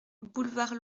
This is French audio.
boulevard